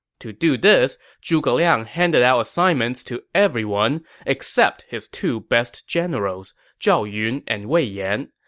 to do this, zhuge liang handed out assignments to everyone except his two best generals, zhao yun and wei yan.